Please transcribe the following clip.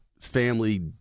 family